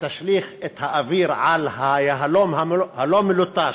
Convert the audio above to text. שתשליך את האוויר על היהלום הלא-מלוטש,